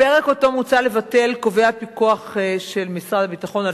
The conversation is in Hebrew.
הפרק שמוצע לבטלו קובע פיקוח של משרד הביטחון על